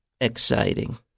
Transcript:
exciting